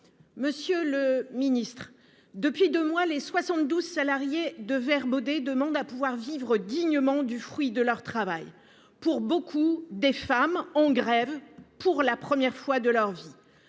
Monsieur le Ministre, depuis 2 mois les 72 salariées de Vert Baudet demandent à pouvoir vivre dignement du fruit de leur travail pour beaucoup des femmes en grève pour la première fois de leur vie.